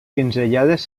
pinzellades